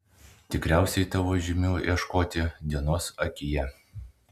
tikriausiai tavo žymių ieškoti dienos akyje